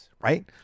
right